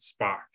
Spock